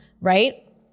right